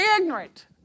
ignorant